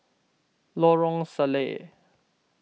Lorong Salleh